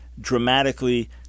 dramatically